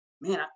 man